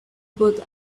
both